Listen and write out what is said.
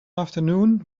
afternoon